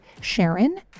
Sharon